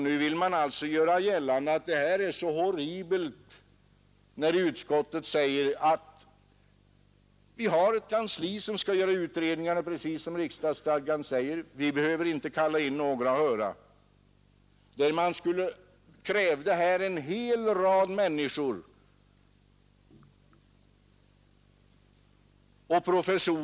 Nu görs det gällande att det är horribelt att så inte tillåtits. Det är ju i enlighet med riksdagsstadgan. Vi skall inte behöva kalla in några andra för att höra deras åsikter. Kansliet skall kunna klara utredningen och statistik.